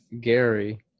Gary